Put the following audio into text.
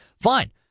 fine